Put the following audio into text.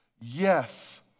Yes